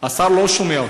השר לא שומע אותי.